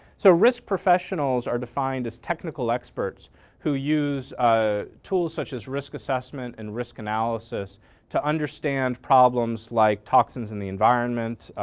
so risk professionals are defined as technical experts who use ah tools such as risk assessment and risk analysis to understand problems like toxins in the environment,